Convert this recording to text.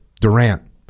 Durant